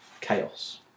chaos